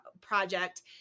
project